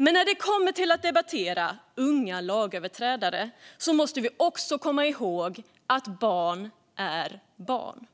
Men när vi debatterar unga lagöverträdare måste vi komma ihåg att barn är barn,